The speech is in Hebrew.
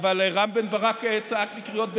אבל רם בן ברק צעק לי קריאות ביניים.